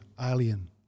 alien